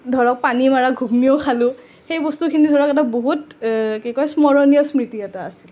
ধৰক পানী মৰা ঘুগুনীও খালোঁ সেই বস্তুখিনি ধৰক এটা বহুত কি কয় স্মৰনীয় স্মৃতি এটা